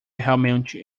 realmente